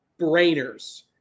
brainers